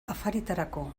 afaritarako